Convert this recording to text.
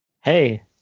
Hey